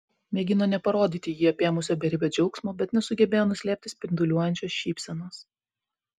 mėgino neparodyti jį apėmusio beribio džiaugsmo bet nesugebėjo nuslėpti spinduliuojančios šypsenos